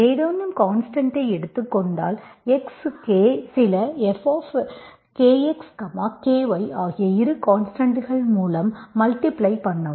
ஏதேனும் கான்ஸ்டன்ட்ஐ எடுத்துக் கொண்டால் x K சில fKxKy ஆகிய இரு கான்ஸ்டன்ட்கள் மூலம் மல்டிப்ளை பண்ணவும்